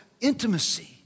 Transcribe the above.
intimacy